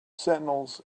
sentinels